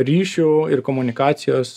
ryšių ir komunikacijos